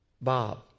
Bob